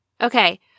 Okay